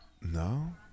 No